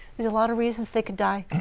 a lot of reasons they could die.